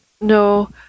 no